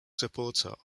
supporter